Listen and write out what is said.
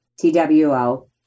two